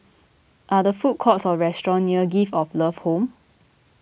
are there food courts or restaurants near Gift of Love Home